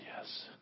yes